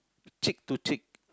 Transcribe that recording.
cheek to cheek